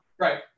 Right